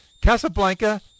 Casablanca